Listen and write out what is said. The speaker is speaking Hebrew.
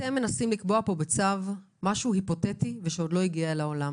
אתם מנסים לקבוע פה בצו משהו היפותטי ושעוד לא הגיע לעולם.